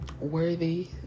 worthy